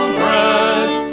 bread